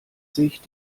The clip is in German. sich